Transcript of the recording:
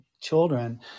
children